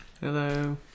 Hello